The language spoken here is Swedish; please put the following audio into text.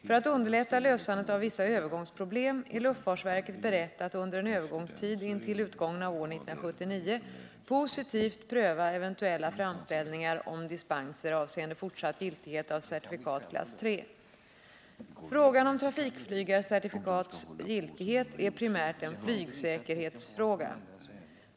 För att underlätta lösandet av vissa övergångsproblem är luftfartsverket berett att under en övergångstid intill utgången av år 1979 positivt pröva eventuella framställningar om dispenser avseende fortsatt giltighet av certifikat klass 3. Frågan om trafikflygarcertifikats giltighet är primärt en flygsäkerhetsfråga.